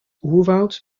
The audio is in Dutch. oerwoud